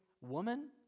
woman